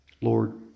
Lord